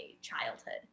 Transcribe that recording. childhood